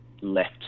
left